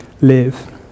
live